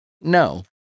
No